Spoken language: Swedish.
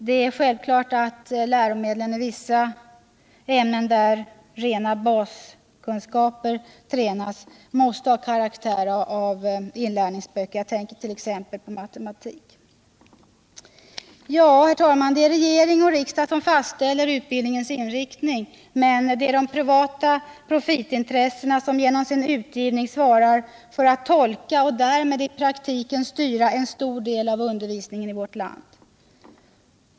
Det är självklart att läromedlen i vissa ämnen, där rena baskunskaper tränas, måste ha karaktär av inlärningsböcker, t.ex. i matematik. Herr talman! Det är regering och riksdag som fastställer utbildningens inriktning, men det är de privata profitintressena som genom sin utgivning svarar för att tolka och därmed i praktiken styra en stor del av undervisningen i vårt land.